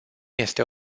este